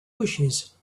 bushes